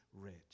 rich